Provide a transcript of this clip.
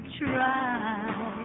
try